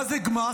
מה זה גמ"ח?